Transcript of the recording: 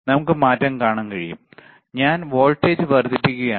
നമുക്ക് മാറ്റം കാണാൻ കഴിയും ഞാൻ വോൾട്ടേജ് വർദ്ധിപ്പിക്കുകയാണ്